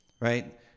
Right